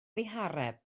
ddihareb